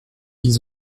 ils